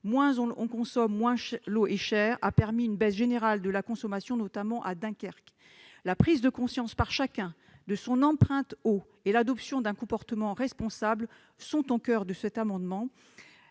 moins on consomme d'eau, moins l'eau est chère. Cela a permis une baisse générale de la consommation, notamment à Dunkerque. La prise de conscience par chacun de son empreinte eau et l'adoption d'un comportement responsable sont au coeur de cet amendement.